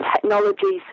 technologies